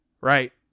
right